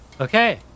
Okay